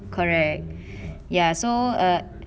correct ya so err